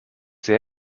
sehr